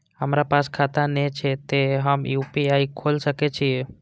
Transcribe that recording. हमरा पास खाता ने छे ते हम यू.पी.आई खोल सके छिए?